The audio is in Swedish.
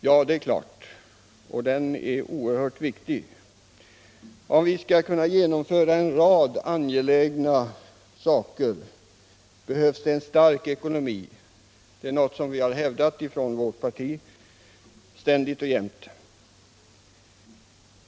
Ja, det är väl naturligt, eftersom ekonomin är så oerhört viktig. Om vi skall kunna genomföra en rad angelägna reformer behöver vi en stark ekonomi. Det har vi från vårt parti hävdat ständigt och jämt.